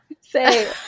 say